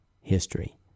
history